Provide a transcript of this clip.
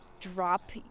drop